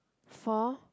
four